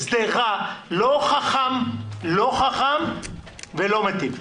הסדר רע, לא חכם ולא מיטיב.